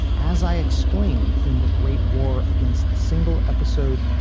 as i explained in the great war against the single episode,